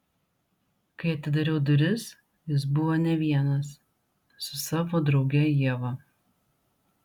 kai atidariau duris jis buvo ne vienas su savo drauge ieva